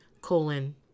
colon